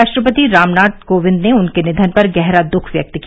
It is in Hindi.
राष्ट्रपति रामनाथ कोविंद ने उनके निधन पर गहरा दुःख व्यक्त किया